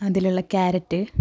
അതിലുള്ള കാരറ്റ്